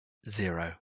zero